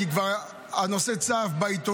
כי הנושא כבר צף בעיתונות,